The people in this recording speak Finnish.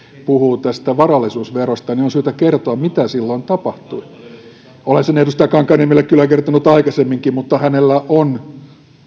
puhuu varallisuusverosta niin on syytä kertoa mitä silloin tapahtui olen sen edustaja kankaanniemelle kyllä kertonut aikaisemminkin mutta hänellä on